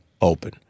open